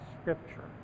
Scripture